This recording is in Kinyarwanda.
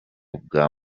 bwa